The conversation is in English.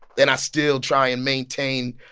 and i still try and maintain,